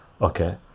okay